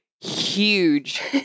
huge